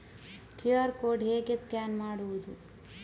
QR code ಹೇಗೆ scan ಮಾಡುವುದು?